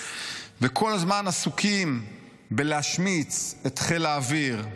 וכל הזמן עסוקים בלהשמיץ את חיל האוויר,